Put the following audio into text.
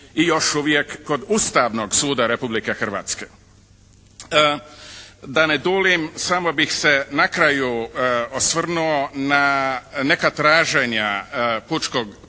i još uvijek kod Ustavnog suda Republike Hrvatske. Da ne duljim, samo bih se na kraju osvrnuo na neka traženja pučkog